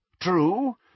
True